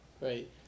right